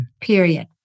period